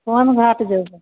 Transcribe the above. कोन घाट जेबै